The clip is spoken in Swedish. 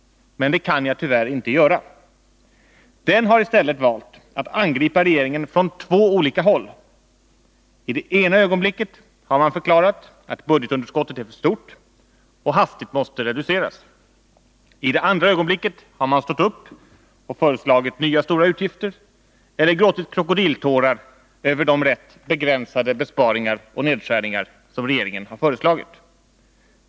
Men det kan jag tyvärr inte göra. Oppositionen har i stället valt att angripa regeringen från två olika håll. I det ena ögonblicket har man förklarat att budgetunderskottet är för stort och hastigt måste reduceras. I det andra 4 ögonblicket har man stått upp och föreslagit nya stora utgifter eller gråtit 113 krokodiltårar över de rätt begränsade besparingar och nedskärningar som regeringen har föreslagit.